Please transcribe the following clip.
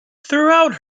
throughout